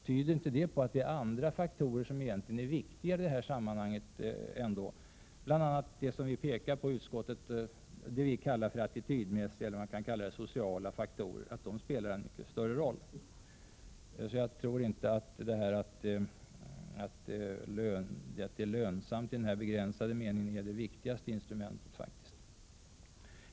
Tyder inte detta på att andra faktorer, bl.a. det som vi i utskottet kallar för attitydmässiga och sociala faktorer, egentligen spelar en mycket större roll? Så jag tror faktiskt inte att det är det viktigaste instrumentet att det är lönsamt i denna begränsade mening.